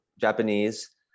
Japanese